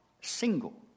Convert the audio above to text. single